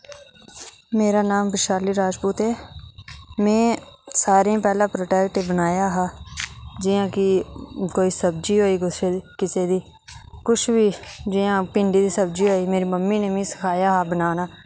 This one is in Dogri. मेरा नाम बिशाली राजपूत ऐ में सारें पैह्ले प्रोडक्ट बनाया हा जि'यां कि कोई सब्जी होई कुसै दी किसे दी किश बी जि'यां भिंडी दी सब्जी होई मेरी मम्मी नै मी सखाया हा बनाना